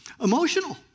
emotional